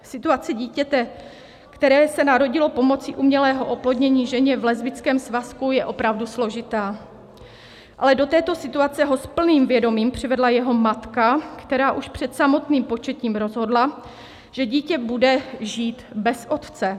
Situace dítěte, které se narodilo pomocí umělého oplodnění ženě v lesbickém svazku, je opravdu složitá, ale do této situace ho s plným vědomím přivedla jeho matka, která už před samotným početím rozhodla, že dítě bude žít bez otce.